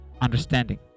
understanding